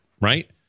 right